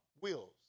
wills